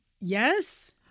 yes